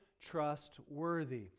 trustworthy